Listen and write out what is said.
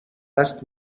است